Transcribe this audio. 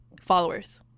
followers